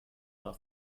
war